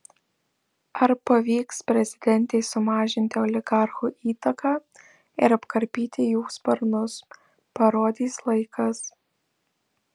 ar pavyks prezidentei sumažinti oligarchų įtaką ir apkarpyti jų sparnus parodys laikas